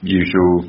usual